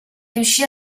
riuscì